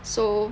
so